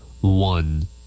One